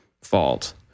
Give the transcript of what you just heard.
fault